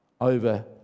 over